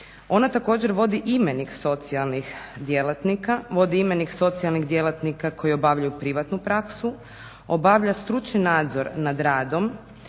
djelatnika, vodi imenik socijalnih djelatnika koji obavljaju privatnu praksu, obavlja stručni nadzor nad radom